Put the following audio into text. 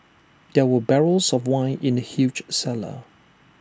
there were barrels of wine in the huge cellar